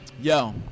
Yo